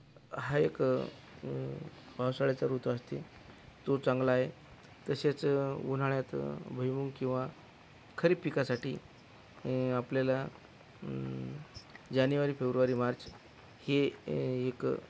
हा एक पावसाळ्याचा ऋतू असतो तो चांगला आहे तसेच उन्हाळ्यात भुईमूग किंवा खरीप पिकासाठी आपल्याला जानेवारी फेब्रुवारी मार्च हे ए एक